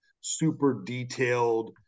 super-detailed